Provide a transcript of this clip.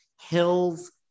Hills